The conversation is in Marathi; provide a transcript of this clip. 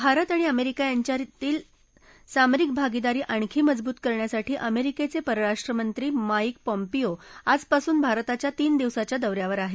भारत आणि अमेरिका यांच्यातली सामरिक भागिदारी आणखी मजबूत करण्यासाठी अमेरिकेचे परराष्ट्र मंत्री माईक पॉम्पीयो आजपासून भारताच्या तीन दिवसाच्या दौ यावर आहेत